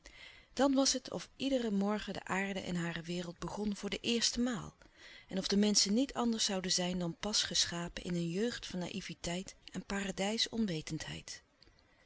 dan was het of iederen morgen de aarde en hare wereld begon voor de eerste maal en of de menschen niet anders zouden zijn dan pas geschapen in een jeugd van naïveteit en